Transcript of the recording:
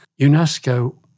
UNESCO